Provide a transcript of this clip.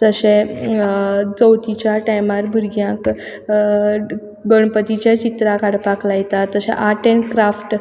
जशें चवथीच्या टायमार भुरग्यांक गणपतीच्या चित्रां काडपाक लायतात तशें आर्ट एंड क्राफ्ट